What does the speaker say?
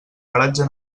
paratge